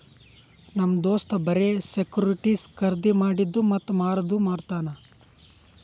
ನಮ್ ದೋಸ್ತ್ ಬರೆ ಸೆಕ್ಯೂರಿಟಿಸ್ ಖರ್ದಿ ಮಾಡಿದ್ದು ಮತ್ತ ಮಾರದು ಮಾಡ್ತಾನ್